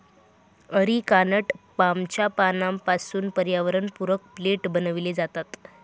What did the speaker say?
areca nut पामच्या पानांपासून पर्यावरणपूरक प्लेट बनविले जातात